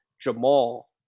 Jamal